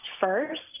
first